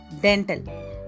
dental